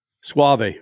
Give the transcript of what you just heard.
Suave